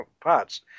parts